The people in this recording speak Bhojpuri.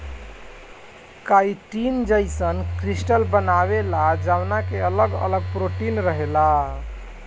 काइटिन जईसन क्रिस्टल बनावेला जवना के अगल अगल प्रोटीन रहेला